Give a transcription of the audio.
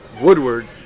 Woodward